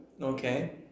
okay